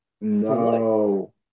no